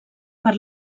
per